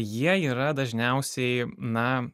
jie yra dažniausiai na